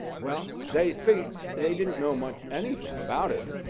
well, they think they didn't know much anything about him,